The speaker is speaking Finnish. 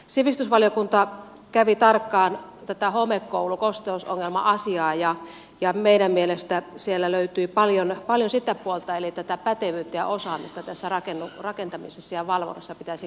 sivistysvaliokunta kävi tarkkaan tätä homekoulu kosteusongelma asiaa läpi ja meidän mielestämme siellä löytyi paljon sitä puolta eli pätevyyttä ja osaamista rakentamisessa ja valvomisessa pitäisi korostaa